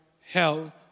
hell